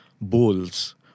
bowls